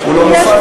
יש פרוטוקול.